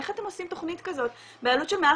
איך אתם עושים תכנית כזאת בעלות של מעל